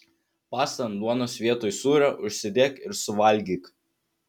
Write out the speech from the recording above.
pastą ant duonos vietoj sūrio užsidėk ir suvalgyk